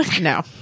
No